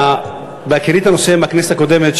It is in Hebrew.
בהכירי את הנושא מהכנסת הקודמת,